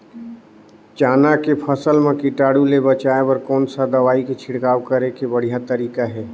चाना के फसल मा कीटाणु ले बचाय बर कोन सा दवाई के छिड़काव करे के बढ़िया तरीका हे?